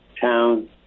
town